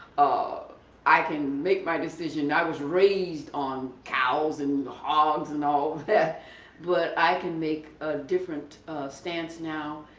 oh i can make my decisions, i was raised on cows and hogs and all that but i can make a different stance now.